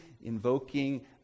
invoking